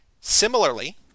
Similarly